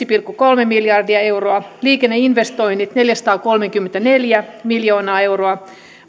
pilkku kolme miljardia euroa liikenneinvestoinnit neljäsataakolmekymmentäneljä miljoonaa euroa